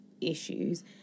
issues